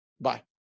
Bye